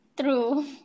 true